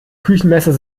küchenmesser